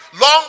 long